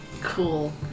Cool